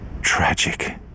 Tragic